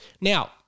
Now